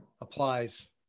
applies